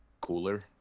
Cooler